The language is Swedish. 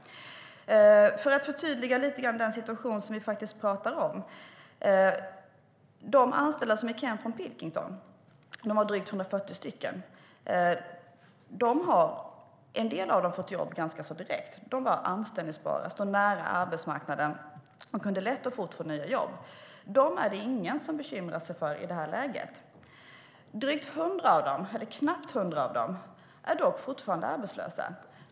För att lite grann förtydliga den situation som vi talar om kan jag säga att av de anställda som gick hem från Pilkington, drygt 140 stycken, har en del fått jobb ganska direkt. De var anställbara, stod nära arbetsmarknaden och kunde lätt och fort få nya jobb. Dem är det ingen som bekymrar sig för i detta läge. Knappt 100 personer är dock fortfarande arbetslösa.